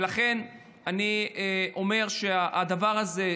ולכן אני אומר שהדבר הזה,